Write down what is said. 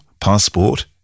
passport